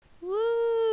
Woo